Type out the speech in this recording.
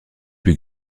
put